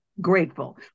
grateful